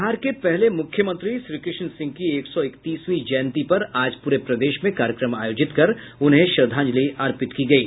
बिहार के पहले मुख्यमंत्री श्रीकृष्ण सिंह की एक सौ इकतीसवीं जयंती पर आज पूरे प्रदेश में कार्यक्रम आयोजित कर उन्हें श्रद्धांजलि अर्पित की गयी